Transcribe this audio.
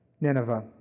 Nineveh